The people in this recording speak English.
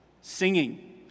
singing